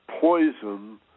poison